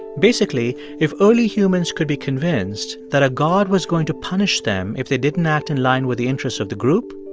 basically, if early humans could be convinced that a god was going to punish them if they didn't act in line with the interests of the group,